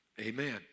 Amen